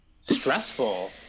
stressful